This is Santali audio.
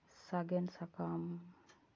ᱥᱟᱜᱮᱱ ᱥᱟᱠᱟᱢ